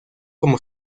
como